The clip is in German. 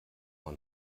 man